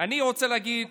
אני רוצה להגיד